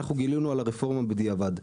אנחנו גילינו על הרפורמה בדיעבד,